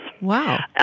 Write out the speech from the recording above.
Wow